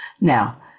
Now